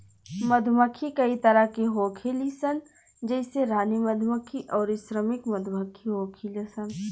मधुमक्खी कई तरह के होखेली सन जइसे रानी मधुमक्खी अउरी श्रमिक मधुमक्खी होखेली सन